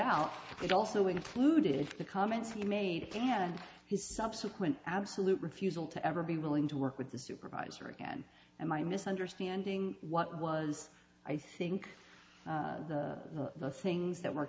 out it also included the comments he made again his subsequent absolute refusal to ever be willing to work with the supervisor again and my misunderstanding what was i think the things that were